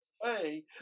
hey